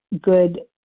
good